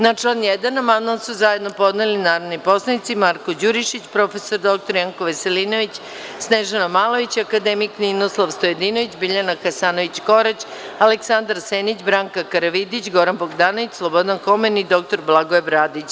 Na član 1. amandman su zajedno podneli narodni poslanici Marko Đurišić, prof. dr Janko Veselinović, Snežana Malović, akademik Ninoslav Stojadinović, Biljana Hasanović Korać, Aleksandar Senić, Branka Karavidić, Goran Bogdanović, Slobodan Homen i dr Blagoje Bradić.